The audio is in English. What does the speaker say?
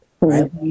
right